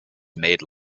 made